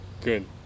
good